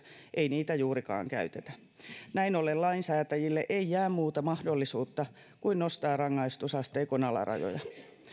ei niitä juurikaan käytetä näin ollen lainsäätäjille ei jää muuta mahdollisuutta kuin nostaa rangaistusasteikon alarajoja